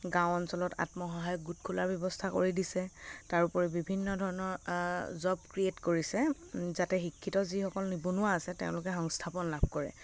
গাঁও অঞ্চলত আত্মসহায়ক গোট খোলাৰ ব্যৱস্থা কৰি দিছে তাৰোপৰি বিভিন্ন ধৰণৰ জব ক্ৰিয়েট কৰিছে যাতে শিক্ষিত যিসকল নিবনুৱা আছে তেওঁলোকে সংস্থাপন লাভ কৰে